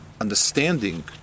understanding